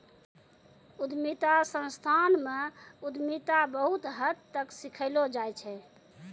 उद्यमिता संस्थान म उद्यमिता बहुत हद तक सिखैलो जाय छै